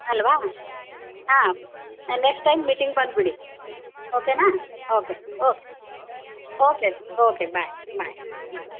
ಅಲ್ವಾ ಹಾಂ next time meeting ಬಂದುಬಿಡಿ ಓಕೆನ okay okay okay okay bye bye ಬಾಯ್